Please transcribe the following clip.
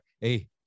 hey